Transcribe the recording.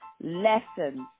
lessons